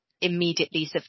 immediately